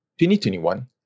2021